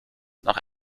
nach